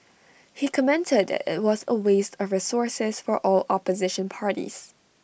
he commented that IT was A waste of resources for all opposition parties